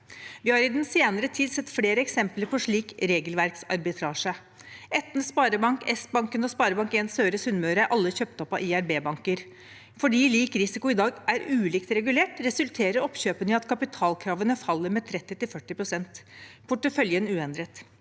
Vi har i den senere tid sett flere eksempler på slik regelverksarbitrasje. Etne Sparebank, Sbanken og SpareBank 1 Søre Sunnmøre er alle kjøpt opp av IRB-banker. Fordi lik risiko i dag er ulikt regulert, resulterer oppkjøpene i at kapitalkravene faller med 30– 40 pst., porteføljen uendret.